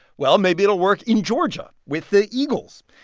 well, maybe it'll work in georgia with the eagles.